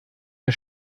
der